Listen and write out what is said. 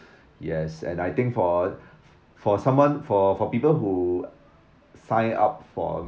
yes and I think for for someone for for people who sign up for